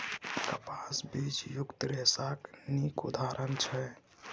कपास बीजयुक्त रेशाक नीक उदाहरण छै